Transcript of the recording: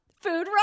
food